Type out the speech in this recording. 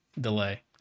delay